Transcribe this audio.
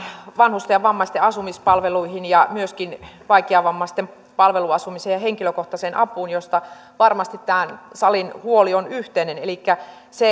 vanhusten ja vammaisten asumispalveluihin ja myöskin vaikeavammaisten palveluasumiseen ja henkilökohtaiseen apuun josta varmasti tämän salin huoli on yhteinen elikkä